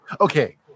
Okay